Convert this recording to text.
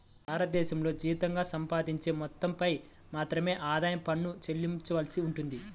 భారతదేశంలో జీతంగా సంపాదించే మొత్తంపై మాత్రమే ఆదాయ పన్ను చెల్లించవలసి ఉంటుంది